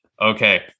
Okay